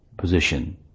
position